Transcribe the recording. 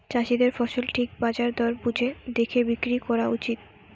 চাষীদের ফসল ঠিক বাজার দর বুঝে দেখে বিক্রি কোরা উচিত